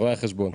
רואי החשבון.